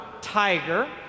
tiger